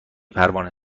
پروانه